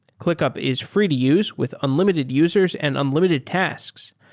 clickup is free to use with unlimited users and unlimited tasks.